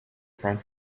friend